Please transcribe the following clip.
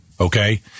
okay